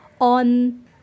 on